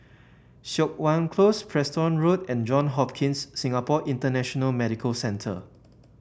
Siok Wan Close Preston Road and John Hopkins Singapore International Medical Centre